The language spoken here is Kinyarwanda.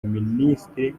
minisitiri